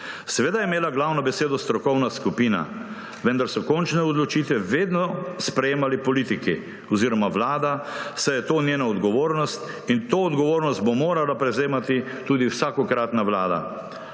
Seveda je imela glavno besedo strokovna skupina, vendar so končne odločitve vedno sprejemali politiki oziroma Vlada, saj je to njena odgovornost in to odgovornost bo morala prevzemati tudi vsakokratna vlada,